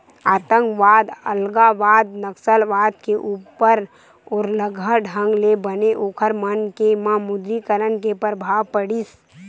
आंतकवाद, अलगावाद, नक्सलवाद के ऊपर जोरलगहा ढंग ले बने ओखर मन के म विमुद्रीकरन के परभाव पड़िस